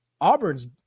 Auburn's